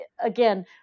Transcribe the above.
again